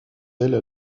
elle